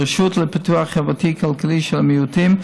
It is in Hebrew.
הרשות לפיתוח חברתי-כלכלי של המיעוטים.